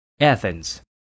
Athens